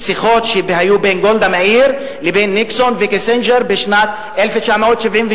שיחות שהיו בין גולדה מאיר לבין ניקסון וקיסינג'ר בשנת 1973,